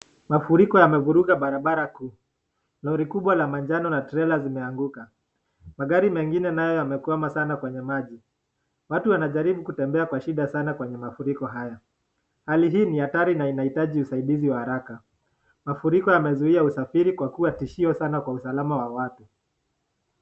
Mafuriko yamevuruga barabara kuu. (Lorry) kubwa la manjano na trela zimeanguka. Magari mengine nayo yamekwama sana kwenye maji. Watu wanajaribu kutembea kwa shida sana kwenye mafuriko haya. Hali hii ni hatari na inahitaji usaidizi wa haraka, mafuriko yamezuia usafiri kwa kuwa tishio sana kwa usalama wa watu.